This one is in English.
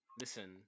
listen